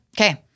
Okay